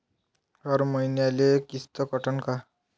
हर मईन्याले किस्त कटन का?